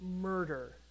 murder